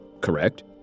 correct